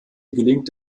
gelingt